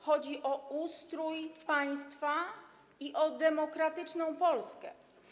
Chodzi o ustrój państwa i demokratyczną Polskę.